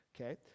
Okay